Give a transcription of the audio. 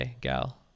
gal